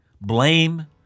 blame